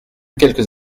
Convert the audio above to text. quelques